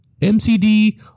mcd